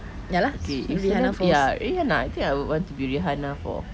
if celebrity ah rihanna I think I would want to be rihanna for